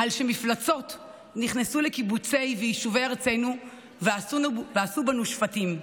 על שמפלצות נכנסו לקיבוצי ויישובי ארצנו ועשו בנו שפטים,